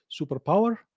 superpower